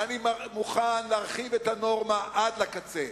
אני מוכן להרחיב את הנורמה עד לקצה.